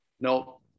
no